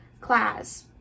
class